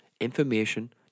information